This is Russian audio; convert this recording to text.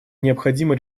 необходима